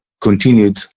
continued